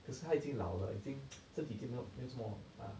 cause 他已经老了已经身体就没有这么 err